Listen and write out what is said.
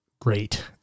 great